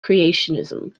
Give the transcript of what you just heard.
creationism